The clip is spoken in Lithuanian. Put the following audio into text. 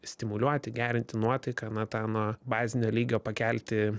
stimuliuoti gerinti nuotaiką na ten bazinio lygio pakelti